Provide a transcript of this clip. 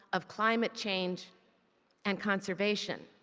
of climate change and conservation.